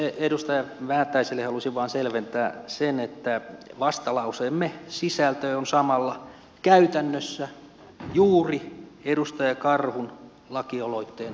edustaja väätäiselle halusin vain selventää sen että vastalauseemme sisältö on samalla käytännössä juuri edustaja karhun lakialoitteen hyväksyminen